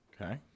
Okay